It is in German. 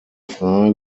frage